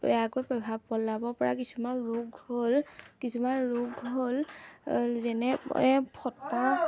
বেয়াকৈ প্ৰভাৱ পেলাব পৰা কিছুমান ৰোগ হ'ল কিছুমান ৰোগ হ'ল যেনে ফটা